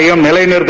ah million